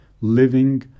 living